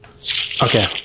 Okay